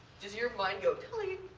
does your mind go tallying?